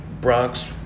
Bronx